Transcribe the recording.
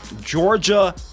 Georgia